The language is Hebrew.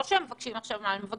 לא שהם מבקשים משהו אחר.